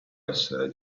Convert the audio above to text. essere